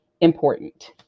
important